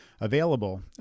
available